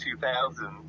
2000s